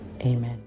Amen